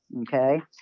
Okay